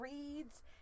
reads